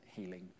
healing